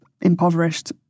impoverished